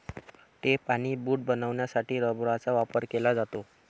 tape आणि boot बनवण्यासाठी रबराचा वापर केला जातो